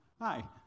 Hi